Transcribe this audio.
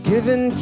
Given